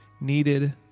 needed